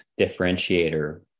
differentiator